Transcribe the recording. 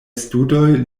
studoj